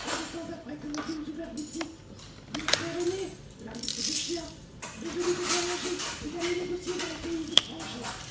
peu de temps après que nous eûmes ouvert boutique mon frère aîné l'un de ces deux chiens résolut de voyager et d'aller négocier dans les pays étrangers